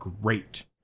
great